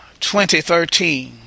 2013